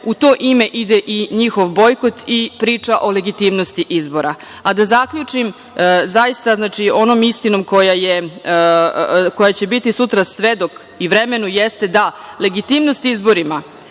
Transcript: u to ime ide i njihov bojkot i priča o legitimnosti izbora. Da zaključim onom istinom koja će biti sutra svedok i vremenu jeste da legitimnost izborima